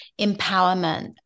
empowerment